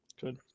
good